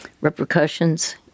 repercussions